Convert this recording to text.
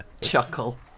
chuckle